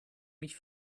mich